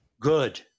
Good